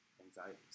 anxieties